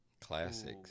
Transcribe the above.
classics